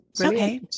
Okay